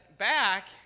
Back